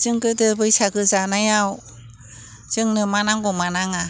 जों गोदो बैसागु जानायाव जोंनो मा नांगौ मा नाङा